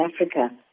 Africa